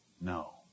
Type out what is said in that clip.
No